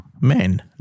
men